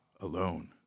alone